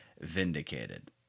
vindicated